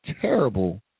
terrible